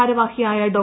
ഭാരവാഹിയായ ഡോ